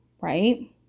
Right